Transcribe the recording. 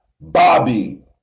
Bobby